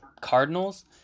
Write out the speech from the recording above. Cardinals